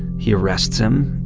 he arrests him.